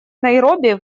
найроби